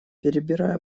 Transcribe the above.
перебирая